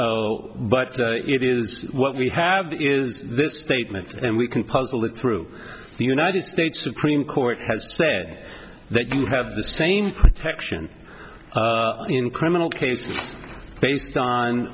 t it is what we have is this statement and we can puzzle it through the united states supreme court has said that you have the same action in criminal cases based on